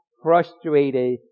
frustrated